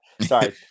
sorry